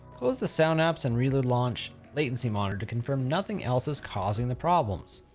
close the sound apps and relaunch latency monitor to confirm nothing else is causing the problems.